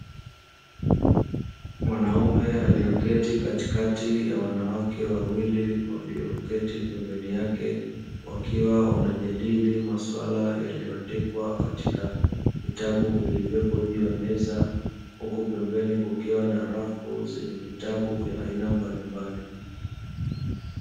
Mwanaume aliyeketi katikati ya wanawake wawili walioketi pembeni yake, wakiwa wanajadili maswala yaliyoandikwa katika vitabu vilivyopo juu ya meza, huku pembeni kukiwa na rafu zenye vitabu vya aina mbalimbali.